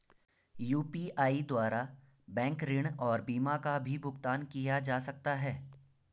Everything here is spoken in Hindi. यु.पी.आई द्वारा बैंक ऋण और बीमा का भी भुगतान किया जा सकता है?